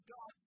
God